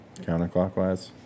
Counterclockwise